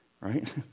right